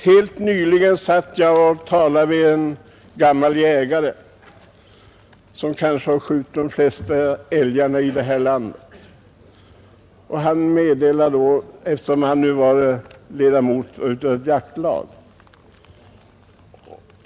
Helt nyligen satt jag och talade med en gammal jägare, som kanske har skjutit de flesta älgarna i detta land och som är medlem av ett jaktlag.